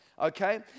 Okay